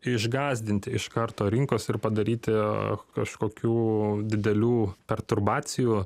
išgąsdinti iš karto rinkos ir padaryti kažkokių didelių perturbacijų